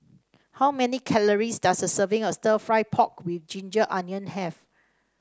how many calories does a serving of stir fry pork with ginger onion have